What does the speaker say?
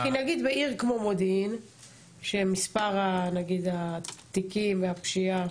של הצלחות מבצעיות בנושא של ארגוני הפשיעה